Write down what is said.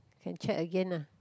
can check again uh